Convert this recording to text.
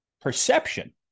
perception